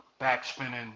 backspinning